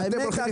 האמת,